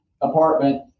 apartment